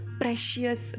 precious